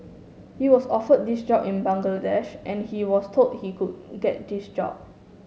he was offered this job in Bangladesh and he was told he could get this job